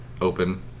open